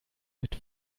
mit